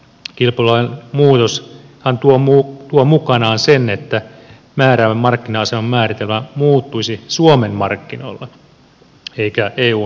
kilpailulain muutoshan tuo mukanaan sen että määräävän markkina aseman määritelmä muuttuisi suomen markkinoilla eikä eun markkinoilla